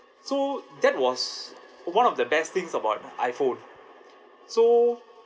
so that was one of the best things about iphone so